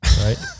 Right